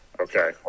okay